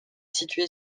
située